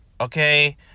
okay